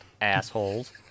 assholes